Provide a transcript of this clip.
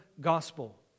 gospel